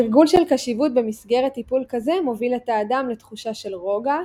תרגול של קשיבות במסגרת טיפול כזה מוביל את האדם לתחושה של רוגע,